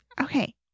Okay